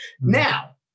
Now